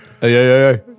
hey